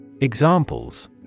Examples